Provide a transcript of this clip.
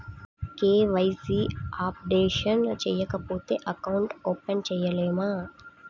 KYC updation చేయకపోతే account open చేయలేమా?